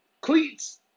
cleats